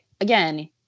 again